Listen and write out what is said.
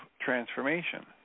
transformation